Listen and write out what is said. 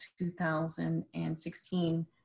2016